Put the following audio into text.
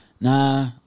Nah